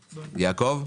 יעקב.